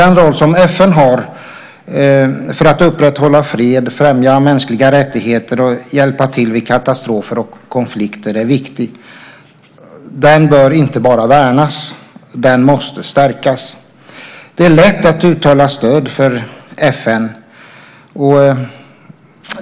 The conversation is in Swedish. Den roll som FN har för att upprätthålla fred, främja mänskliga rättigheter och att hjälpa till vid katastrofer och konflikter är viktig. Den bör inte bara värnas. Den måste stärkas. Det är lätt att uttala stöd för FN.